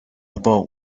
about